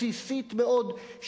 בסיסית מאוד,